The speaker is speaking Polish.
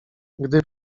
gdy